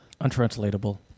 Untranslatable